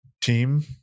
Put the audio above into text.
team